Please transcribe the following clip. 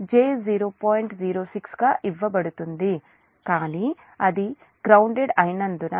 06 గా ఇవ్వబడుతుంది కాని అది గ్రౌన్దేడ్ అయినందున